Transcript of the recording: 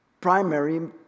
primary